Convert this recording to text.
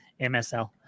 MSL